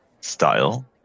style